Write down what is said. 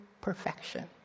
perfection